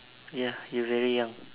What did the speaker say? ya you very young